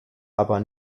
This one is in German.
aber